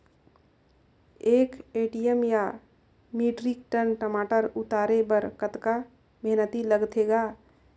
एक एम.टी या metric ton टमाटर उतारे बर कतका मेहनती लगथे ग?